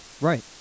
Right